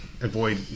avoid